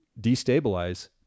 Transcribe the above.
destabilize